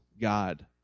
God